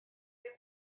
les